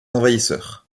envahisseurs